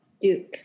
Duke